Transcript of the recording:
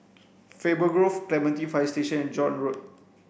Faber Grove Clementi Fire Station and John Road